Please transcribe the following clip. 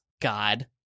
God